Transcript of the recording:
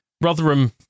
Rotherham